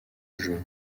juin